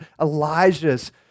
Elijah's